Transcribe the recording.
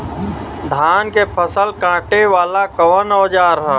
धान के फसल कांटे वाला कवन औजार ह?